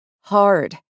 hard